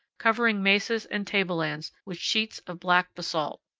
covering mesas and table-lands with sheets of black basalt.